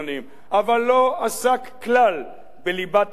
ולא עסק כלל בליבת ההסדר,